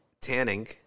tanning